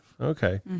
Okay